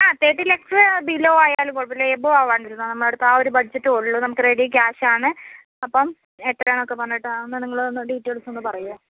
ആ thirty lakhs below ആയാലും കുഴപ്പമില്ല എബോവ് ആവാണ്ടിരുന്നാൽ നമ്മളെ അടുത്ത് ആ ഒരു ബഡ്ജെറ്റെ ഉള്ളു നമുക്ക് റെഡി കാഷ് ആണ് അപ്പം എത്രയാണെന്നൊക്കെ പറഞ്ഞിട്ട് അന്ന് നിങ്ങൾ തന്ന ഡീറ്റൈൽസ് ഒന്ന് പറയുമോ